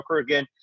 again